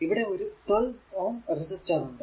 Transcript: ഇവിടെ ഒരു 12 Ω റെസിസ്റ്റർ ഉണ്ട്